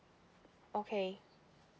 okay